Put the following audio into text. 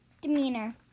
Demeanor